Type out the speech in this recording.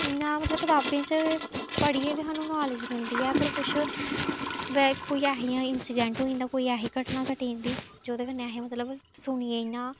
इ'यां मतलब कताबें च गै पढ़ियै गै सानूं नालेज मिलदी ऐ भाई कुछ बै कोई ऐसियां इंसिडैंट होई जंदा कोई ऐसी घटनां घटी जंदी जोह्दे कन्नै असें मतलब सुनियै इ'यां